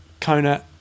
Kona